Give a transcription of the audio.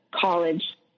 college